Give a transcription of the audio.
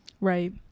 Right